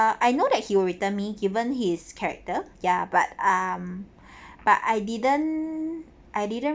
uh I know that he would return me given his character ya but um but I didn't I didn't